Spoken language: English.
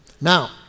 Now